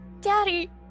Daddy